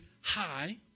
high